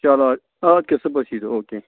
چلو اَدٕ اَدٕ کیٛاہ صُبَحس ییٖزیٚو او کے